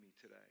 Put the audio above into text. today